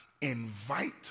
invite